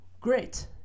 great